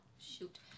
Shoot